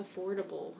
affordable